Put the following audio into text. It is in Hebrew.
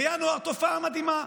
בינואר, תופעה מדהימה,